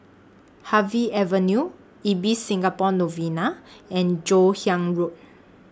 Harvey Avenue Ibis Singapore Novena and Joon Hiang Road